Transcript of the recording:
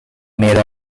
made